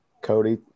Cody